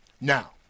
now